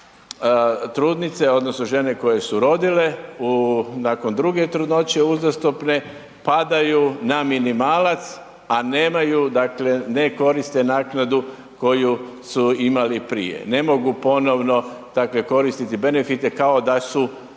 trudnice odnosno žene koje su rodile u, nakon druge trudnoće uzastopne padaju na minimalac, a nemaju dakle, ne koriste naknadu koju su imali prije, ne mogu ponovno takve koristiti benefite kao da su trudne